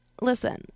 listen